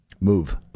move